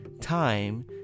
time